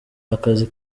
akazi